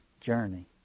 journey